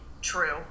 true